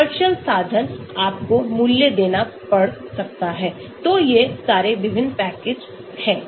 commercial साधन आपको मूल्य देना पड़ सकता है तो येसारे विभिन्न पैकेज हैं